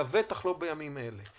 בוודאי לא בימים אלה,